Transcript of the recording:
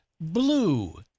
Blue